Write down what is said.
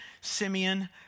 Simeon